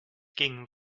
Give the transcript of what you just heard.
ging